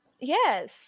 Yes